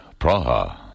Praha